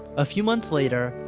a few months later,